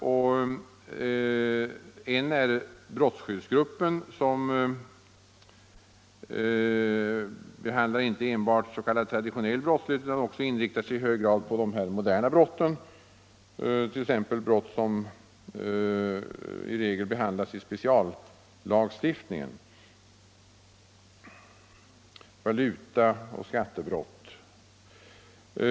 En av dessa är brottskyddsgruppen som inte enbart behandlar s.k. traditionell brottslighet utan också inriktar sig på de moderna brotten, dvs. brott som behandlas i spe 217 ciallagstiftning, t.ex. valuta och skattebrott.